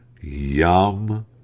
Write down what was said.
Yum